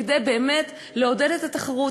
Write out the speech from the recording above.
כדי באמת לעודד את התחרות,